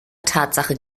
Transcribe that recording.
tatsache